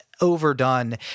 overdone